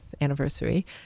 anniversary